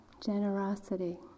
generosity